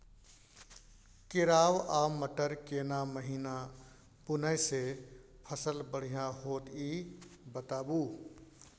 केराव आ मटर केना महिना बुनय से फसल बढ़िया होत ई बताबू?